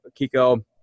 Kiko